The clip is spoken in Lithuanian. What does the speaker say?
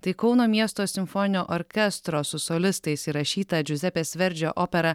tai kauno miesto simfoninio orkestro su solistais įrašyta džiuzepės verdžio opera